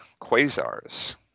quasars